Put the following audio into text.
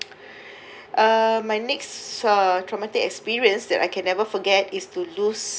uh my next uh traumatic experience that I can never forget is to lose